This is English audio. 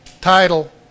title